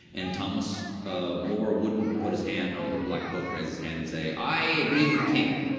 and thomas ah more wouldn't put his hand on a little black book, raise his hand and say, i agree with the king.